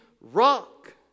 rock